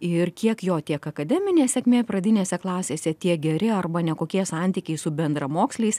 ir kiek jo tiek akademinė sėkmė pradinėse klasėse tie geri arba nekokie santykiai su bendramoksliais